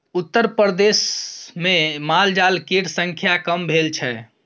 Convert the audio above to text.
उत्तरप्रदेशमे मालजाल केर संख्या कम भेल छै